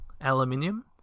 aluminium